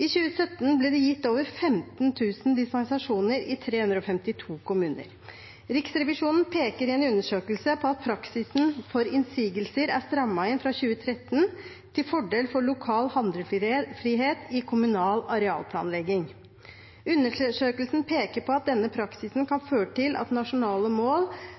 I 2017 ble det gitt over 15 000 dispensasjoner i 352 kommuner. Riksrevisjonen peker i en undersøkelse på at praksisen for innsigelser er strammet inn fra 2013 til fordel for lokal handlefrihet i kommunal arealplanlegging. Undersøkelsen peker på at denne praksisen kan føre til at nasjonale mål